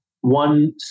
one